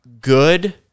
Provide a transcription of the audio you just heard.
good